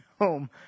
home